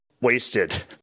wasted